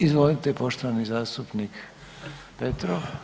Izvolite poštovani zastupnik Petrov.